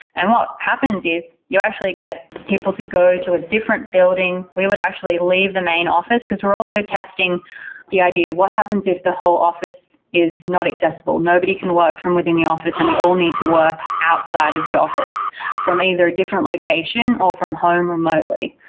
and what happens is you actually get people to go to a different building. we would actually leave the main office, because we're also testing the idea of what happens if the whole office is not accessible? nobody can work from within the office and we all need to work outside of the office from either a different location or from home remotely.